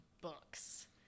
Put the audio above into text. books